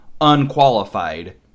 unqualified